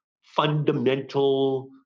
fundamental